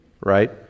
Right